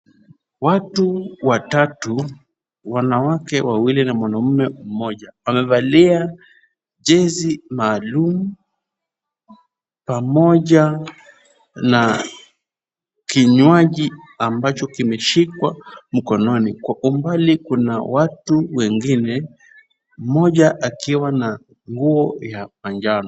Watu watatu, wanawake wawili na mwanamke mmoja. Wamevalia jezi maalum pamoja na kinywaji ambacho kimeshikwa mkononi. Kwa umbali kuna watu wengine, mmoja akiwa na nguo ya manjano.